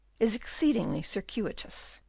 is exceedingly circuitous.